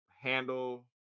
handle